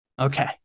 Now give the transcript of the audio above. okay